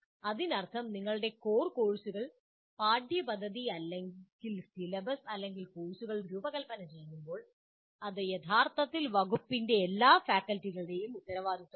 അതിനർത്ഥം നിങ്ങൾ കോർ കോഴ്സുകളുടെ പാഠ്യപദ്ധതി സിലബസ് കോഴ്സുകൾ രൂപകൽപ്പന ചെയ്യുമ്പോൾ അത് യഥാർത്ഥത്തിൽ വകുപ്പിന്റെ എല്ലാ ഫാക്കൽറ്റികളുടെയും ഉത്തരവാദിത്തമാണ്